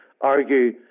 argue